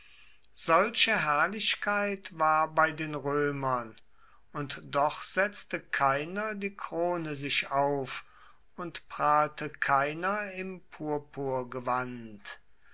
solche herrlichkeit war bei den römern und doch setzte keiner die krone sich auf und prahlte keiner im